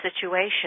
situation